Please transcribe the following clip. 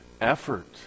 effort